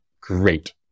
great